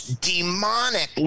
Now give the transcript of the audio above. demonic